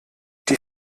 die